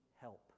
help